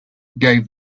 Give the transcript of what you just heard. gave